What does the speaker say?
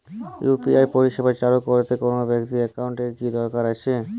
UPI পরিষেবা চালু করতে কোন ব্যকিং একাউন্ট এর কি দরকার আছে?